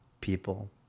people